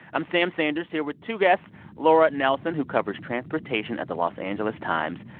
i'm sam sanders here with two guests laura nelson, who covers transportation at the los angeles times.